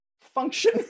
function